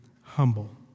humble